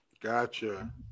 Gotcha